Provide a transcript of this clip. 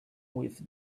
with